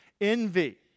envy